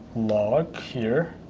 log here,